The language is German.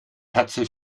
katze